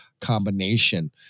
combination